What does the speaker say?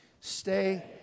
Stay